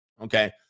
okay